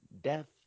death